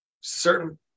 certain